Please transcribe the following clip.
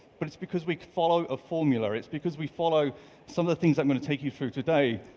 but it's because we follow a formula. it's because we follow some of the things i'm going to take you through today,